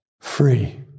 Free